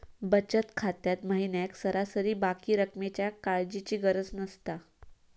बचत खात्यात महिन्याक सरासरी बाकी रक्कमेच्या काळजीची गरज नसता